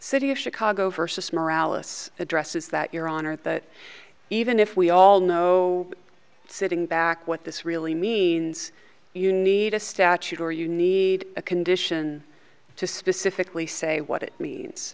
city of chicago versus morality addresses that your honor that even if we all know sitting back what this really means you need a statute or you need a condition to specifically say what it means